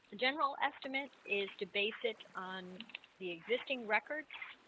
general estimates is to base it on the existing records